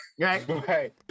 Right